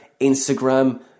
Instagram